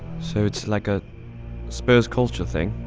so it's like a spurs culture thing?